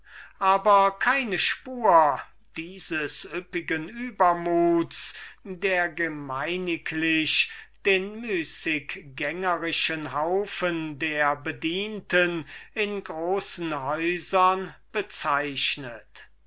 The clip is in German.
aber keine spur dieses üppigen übermuts der gemeiniglich den müßiggängerischen haufen der bedienten in großen häusern bezeichnet